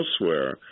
elsewhere